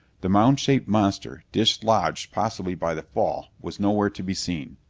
the mound-shaped monster, dislodged possibly by the fall, was nowhere to be seen.